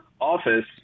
office